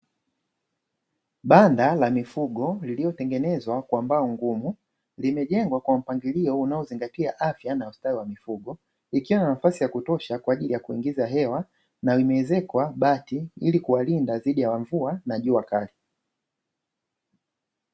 Banda la mifugo iliyotengenezwa kwa mbao ngumu limejengwa kwa mpangilio unaozingatia afya na ustawi wa mifugo, ikiwa na nafasi ya kutosha kwa ajili ya kuingiza hewa na imeezekwa bati ili kuwalinda dhidi ya mvua na jua kali.